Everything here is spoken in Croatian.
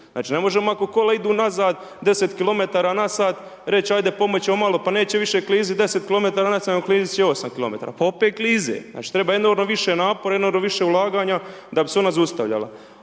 Znači ne možemo ako kola idu nazad, 10 kilometra na sat reći ajde pomoći ću vam malo, pa neću više kliziti 10 km/h nego kliziti će 8 kilometara, pa opet klize. Znači treba enormno više napora, enormno više ulaganja, da bi se ona zaustavila,